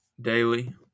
daily